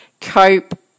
cope